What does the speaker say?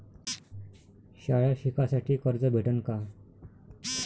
शाळा शिकासाठी कर्ज भेटन का?